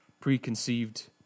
preconceived